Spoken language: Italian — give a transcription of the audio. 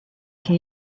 che